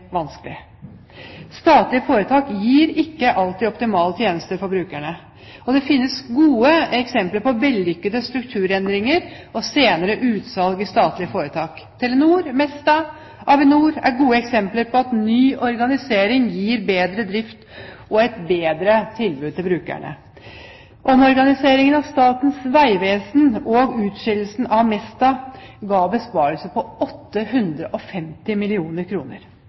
vanskelig. Statlige foretak gir ikke alltid optimale tjenester til brukerne. Det finnes gode eksempler på vellykkede strukturendringer og senere utsalg i statlige foretak. Telenor, Mesta og Avinor er gode eksempler på at ny organisering gir bedre drift og et bedre tilbud til brukerne. Omorganiseringen av Statens vegvesen og utskillelsen av Mesta ga en besparelse på 850